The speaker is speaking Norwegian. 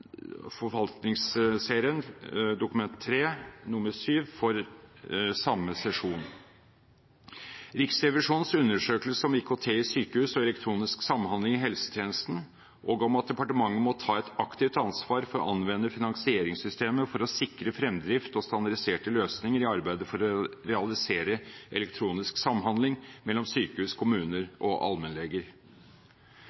jf. Dokument nr. 3:7 for 2007–2008 Riksrevisjonens undersøkelse om IKT i sykehus og elektronisk samhandling i helsetjenesten, om at departementet må ta et aktivt ansvar for å anvende finansieringssystemet for å sikre fremdrift og standardiserte løsninger i arbeidet for å realisere elektronisk samhandling mellom sykehus, kommuner